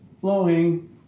flowing